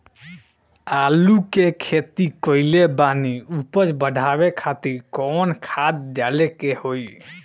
आलू के खेती कइले बानी उपज बढ़ावे खातिर कवन खाद डाले के होई?